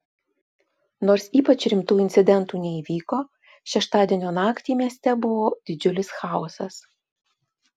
nors ypač rimtų incidentų neįvyko šeštadienio naktį mieste buvo didžiulis chaosas